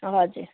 हजुर